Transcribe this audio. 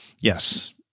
Yes